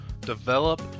develop